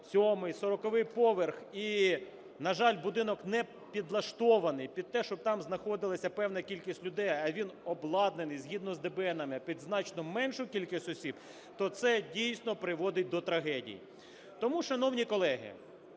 37-й, 40-й поверх і, на жаль, будинок не підлаштований під те, щоб там знаходилась певна кількість людей, а він обладнаний, згідно з ДБН, під значно меншу кількість осіб, то це дійсно приводить до трагедії. Тому, шановні колеги,